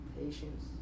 patience